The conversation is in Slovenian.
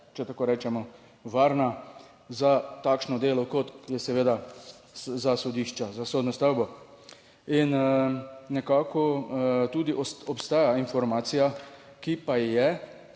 če tako rečemo varna za takšno delo, kot je seveda za sodišča, za sodno stavbo? In nekako tudi obstaja informacija, ki pa je,